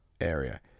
area